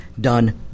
done